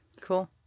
Cool